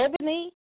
Ebony